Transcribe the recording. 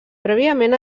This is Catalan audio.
prèviament